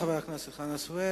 תודה לחבר הכנסת חנא סוייד.